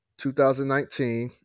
2019